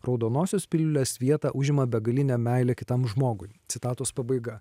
raudonosios piliulės vietą užima begalinė meilė kitam žmogui citatos pabaiga